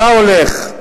מה הולך.